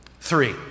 three